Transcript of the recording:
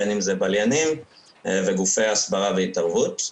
בין אם אלה בליינים וגופי הסברה והתערבות.